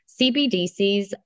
CBDCs